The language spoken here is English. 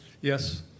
Yes